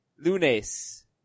Lunes